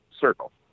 circle